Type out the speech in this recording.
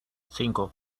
cinco